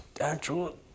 Actual